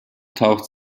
taucht